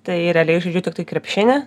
tai realiai žaidžiu tiktai krepšinį